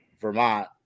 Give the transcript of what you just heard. Vermont